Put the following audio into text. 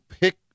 pick